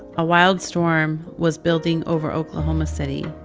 a wild storm was building over oklahoma city,